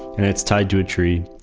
and it's tied to a tree.